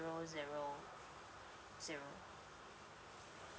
zero zero